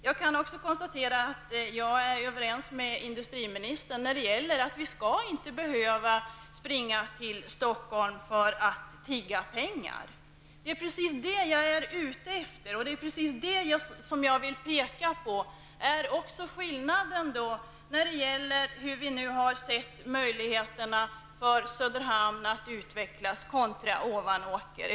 Jag kan också konstatera att jag är överens med industriministern när det gäller att vi inte skall behöva springa till Stockholm för att tigga pengar. Det är precis det som jag är ute efter och som jag vill peka på är skillnaden när det gäller hur vi nu har sett möjligheterna för Söderhamn kontra Ovanåker att utvecklas.